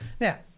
Now